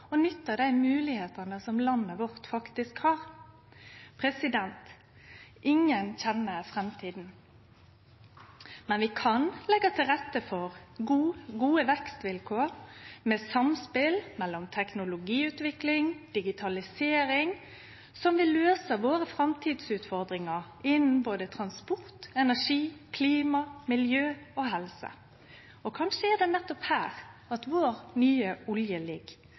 å nytte dei moglegheitene som landet vårt har. Ingen kjenner framtida, men vi kan leggje til rette for gode vekstvilkår, med eit samspel mellom teknologiutvikling og digitalisering som vil løyse framtidsutfordringane våre innan både transport, energi, klima, miljø og helse. Og kanskje er det nettopp her at vår «nye olje» ligg.